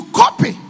copy